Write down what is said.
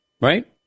Right